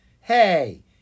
Hey